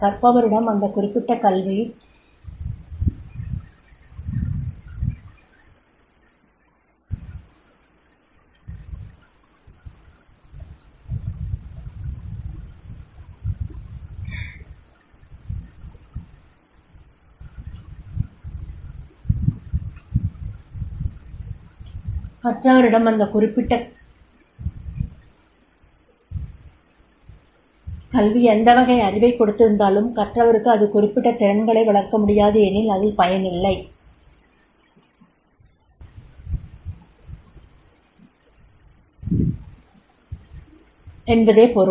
கற்றபவரிடம் அந்த குறிபிட்ட கல்வி எந்த வகை அறிவைக் கொடுத்திருந்தாலும் கற்றவருக்கு அது குறிப்பிட்ட திறன்களை வளர்க்க முடியாது எனில் அதில் பயனில்லை என்பதே பொருள்